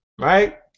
right